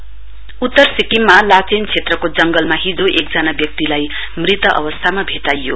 death body उत्तर सिक्किममा लाचेन क्षेत्रको जंगलमा हिजो एकजना व्यक्तिलाई मृत अवस्थामा भेटाइयो